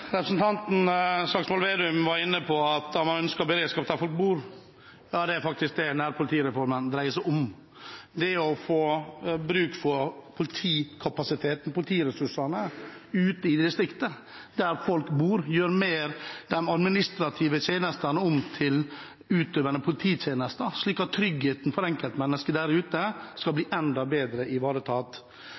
Representanten Slagsvold Vedum var inne på at man ønsket beredskap der folk bor. Ja, det er faktisk det denne politireformen dreier seg om – det å få bruke politikapasiteten, politiressursene ute i distriktet, der folk bor, gjøre de administrative tjenestene om til mer utøvende polititjenester, slik at tryggheten for enkeltmennesket der ute skal bli enda bedre ivaretatt.